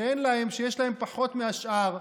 שיש להם פחות מהשאר.